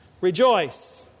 Rejoice